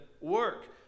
work